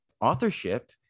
authorship